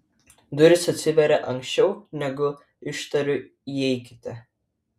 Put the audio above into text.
durys atsiveria anksčiau negu ištariu įeikite